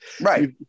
right